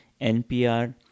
NPR